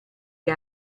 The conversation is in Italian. che